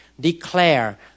declare